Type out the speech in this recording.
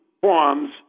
forms